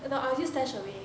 ya lor I will just stash away